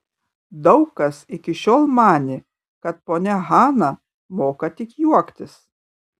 daug kas iki šiol manė kad ponia hana moka tik juoktis